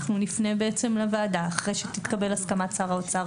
אנחנו נפנה לוועדה אחרי שתתקבל הסכמת שר האוצר